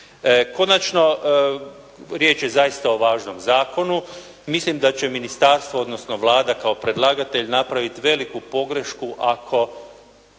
Konačno, riječ je zaista o važnom zakonu, mislim da će ministarstvo, odnosno Vlada kao predlagatelj napraviti veliku pogrešku ako